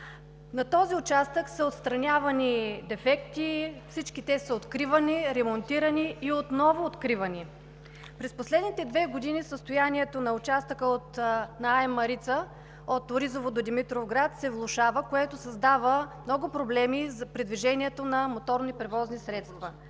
На този участък са отстранявани дефекти, всички те са откривани, ремонтирани и отново откривани. През последните две години състоянието на участъка от АМ „Марица“ – от Оризово до Димитровград, се влошава, което създава много проблеми при движението на моторни превозни средства.